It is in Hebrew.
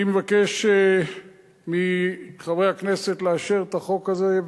אני מבקש מחברי הכנסת לאשר את החוק הזה,